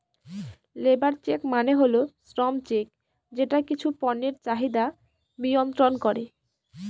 labour check মানে হল শ্রম চেক যেটা কিছু পণ্যের চাহিদা মিয়ন্ত্রন করে